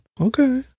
Okay